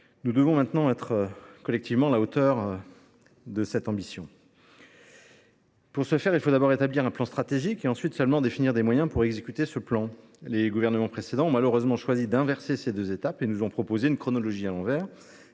Nous devons maintenant être collectivement à la hauteur de cette ambition. Pour ce faire, il convient d’abord d’établir un plan stratégique puis de définir des moyens pour l’exécuter. Les gouvernements précédents ont malheureusement choisi d’inverser ces deux étapes et nous ont proposé une chronologie à l’envers